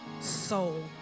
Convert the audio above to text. soul